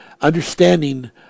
understanding